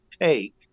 take